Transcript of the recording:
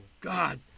God